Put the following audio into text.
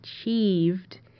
achieved